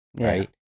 right